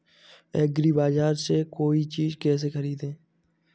एग्रीबाजार से कोई चीज केसे खरीदें?